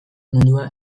mundua